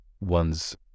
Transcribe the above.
One's